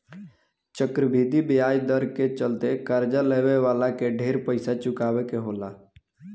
चक्रवृद्धि ब्याज दर के चलते कर्जा लेवे वाला के ढेर पइसा चुकावे के होला